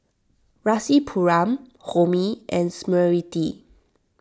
Rasipuram Homi and Smriti